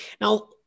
now